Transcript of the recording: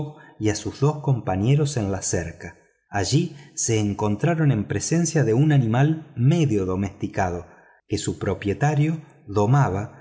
y a sus dos compañeros en la cerca allí se encontraron en presencia de un animal medio domesticado que su propietario domaba